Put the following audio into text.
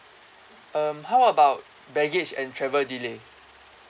um how about baggage and travel delay